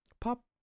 pop